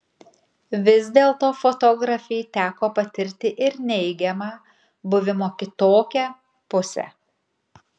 vis dėlto fotografei teko patirti ir neigiamą buvimo kitokia pusę